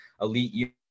elite